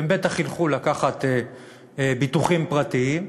הם בטח ילכו לקחת ביטוחים פרטיים,